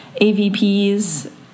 avp's